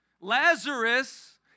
lazarus